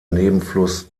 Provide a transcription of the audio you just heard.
nebenfluss